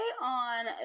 on